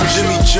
Jimmy